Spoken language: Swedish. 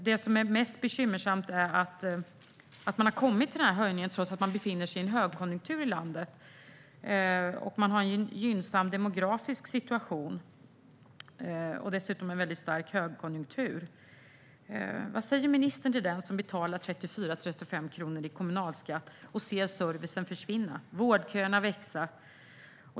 Det som är mest bekymmersamt är att den här höjningen har skett trots att landet befinner sig i en väldigt stark högkonjunktur och har en gynnsam demografisk situation. Vad säger ministern till den som betalar 34-35 kronor i kommunalskatt och ser servicen försvinna och vårdköerna växa?